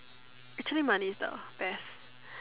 actually money is the best